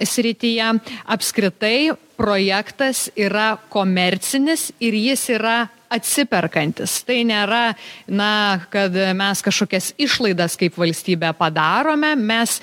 srityje apskritai projektas yra komercinis ir jis yra atsiperkantis tai nėra na kad mes kažkokias išlaidas kaip valstybė padarome mes